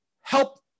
help